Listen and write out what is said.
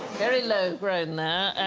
very low grown there.